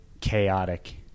chaotic